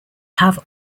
have